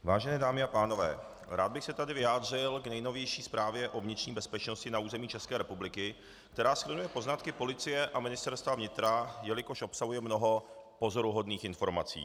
Vážené dámy a pánové, rád bych se tady vyjádřil k nejnovější zprávě o vnitřní bezpečnosti na území České republiky, která se jmenuje poznatky policie a Ministerstva vnitra, jelikož obsahuje mnoho pozoruhodných informací.